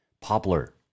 Poplar